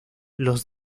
los